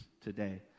today